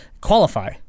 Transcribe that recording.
qualify